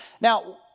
Now